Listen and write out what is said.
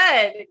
good